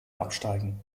absteigen